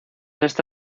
esta